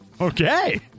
Okay